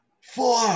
four